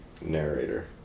Narrator